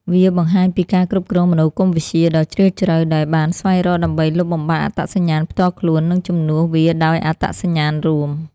វាបង្ហាញពីការគ្រប់គ្រងមនោគមវិជ្ជាដ៏ជ្រាលជ្រៅដែលបានស្វែងរកដើម្បីលុបបំបាត់អត្តសញ្ញាណផ្ទាល់ខ្លួននិងជំនួសវាដោយអត្តសញ្ញាណរួម។